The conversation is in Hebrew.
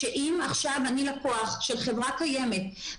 שאם עכשיו אני לקוח של חברה קיימת,